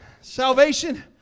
salvation